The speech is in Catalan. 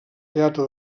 teatre